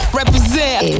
represent